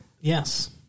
Yes